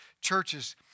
churches